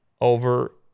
over